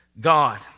God